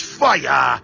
fire